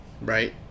right